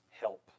help